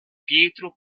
pietro